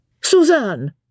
Suzanne